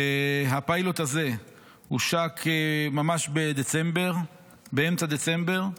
הפיילוט הזה הושק באמצע דצמבר.